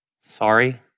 sorry